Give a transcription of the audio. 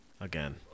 Again